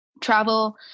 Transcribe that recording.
travel